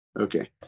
okay